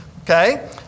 okay